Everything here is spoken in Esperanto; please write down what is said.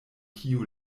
kiu